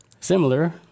Similar